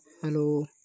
Hello